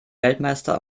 weltmeister